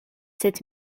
sept